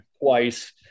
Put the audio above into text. twice